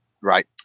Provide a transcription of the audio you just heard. Right